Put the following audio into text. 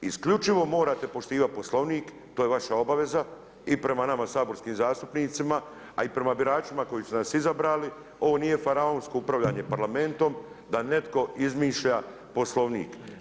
Isključivo morate poštivati poslovnik, to je vaša obaveza i prema nama saborskim zastupnicima, a i prema biračima koji su nas izabrali, ovo nije faraonsko upravljanje Parlamentom, da netko izmišlja poslovnik.